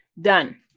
done